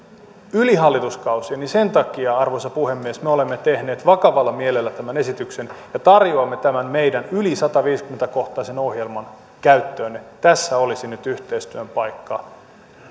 yli hallituskausien niin sen takia arvoisa puhemies me olemme tehneet vakavalla mielellä tämän esityksen ja tarjoamme tämän meidän yli sataviisikymmentä kohtaisen ohjelman käyttöönne tässä olisi nyt yhteistyön paikka